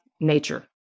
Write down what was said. nature